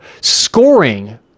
scoring